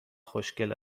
خوشگل